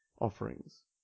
offerings